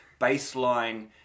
baseline